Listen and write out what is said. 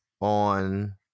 on